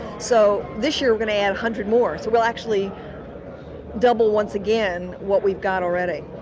so this year we're going to add a hundred more, so we'll actually double once again what we've got already,